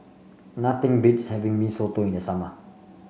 nothing beats having Mee Soto in the summer